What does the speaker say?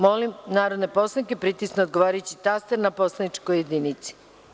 Molim narodne poslanike da pritisnu odgovarajući taster na poslaničkoj jedinici.